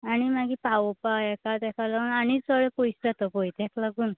आनी मागीर पावोपा हेका तेका आनी चड पयशें जाता पळय तेका लागून